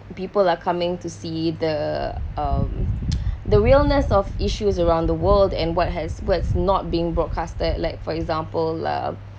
people are coming to see the um the realness of issues around the world and what has words not being broadcasted like for example love